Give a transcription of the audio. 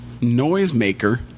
Noisemaker